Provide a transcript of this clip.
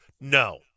No